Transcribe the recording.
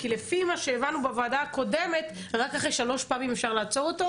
כי לפי מה שהבנו בוועדה הקודמת רק אחרי שלוש פעמים אפשר לעצור אותו?